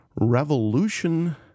revolution